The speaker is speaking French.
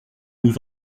nous